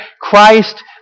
Christ